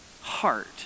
heart